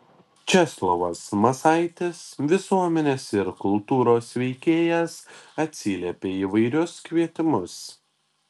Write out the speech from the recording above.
česlovas masaitis visuomenės ir kultūros veikėjas atsiliepia į įvairius kvietimus